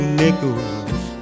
nickels